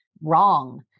wrong